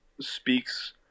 speaks